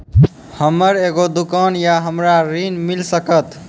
हमर एगो दुकान या हमरा ऋण मिल सकत?